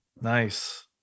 Nice